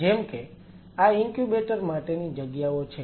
જેમ કે આ ઇન્ક્યુબેટર માટેની જગ્યાઓ છે